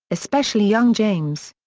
especially young james.